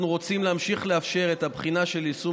אנחנו רוצים להמשיך ולאפשר את הבחינה של יישום